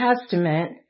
Testament